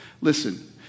Listen